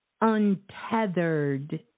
untethered